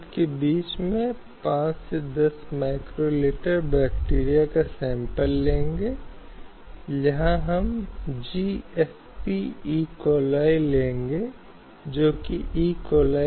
लेकिन उस आदमी को शादी के विघटन के लिए एक या एक ही आधार से फरियाद करनी पड़ती जो एक तरफ़ा कहा गया था और नया बदलाव आया था जिसमें एक आदमी और औरत के साथ ऐसा भेदभाव किया गया था